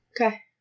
Okay